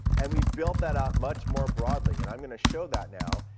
and we've built that out much more broadly. and i'm going to show that now.